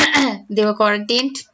they were quarantined